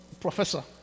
professor